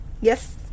Yes